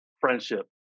friendship